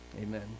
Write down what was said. Amen